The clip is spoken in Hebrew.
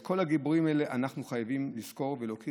את כל הגיבורים האלה אנחנו חייבים לזכור ולהוקיר